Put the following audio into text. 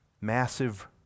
massive